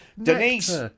Denise